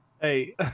Hey